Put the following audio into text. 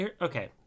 okay